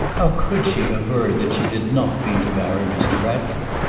how could she aver that she did not mean to marry mr. ratcliffe?